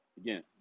again